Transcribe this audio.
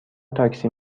تاکسی